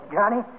Johnny